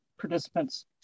participants